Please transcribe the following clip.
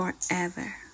forever